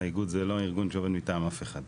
האיגוד זה לא הארגון שעובד מטעם אף אחד.